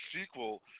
sequel